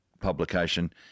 publication